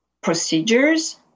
procedures